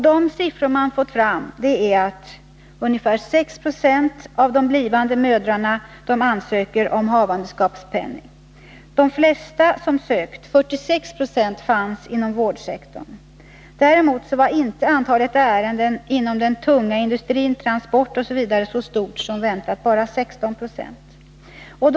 De siffror som man fått fram är att ungefär 6 20 av de blivande mödrarna iu ansökte om havandeskapspenning. De flesta som sökte, 46 26, fanns inom vårdsektorn. Däremot var antalet ärenden som rörde den tunga industrin, transport osv. , inte så stort som väntat — bara 16 96.